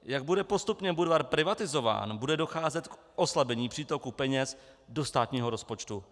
Jak bude postupně Budvar privatizován, bude docházet k oslabení přítoku peněz do státního rozpočtu.